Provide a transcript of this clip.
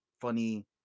funny